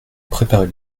préparer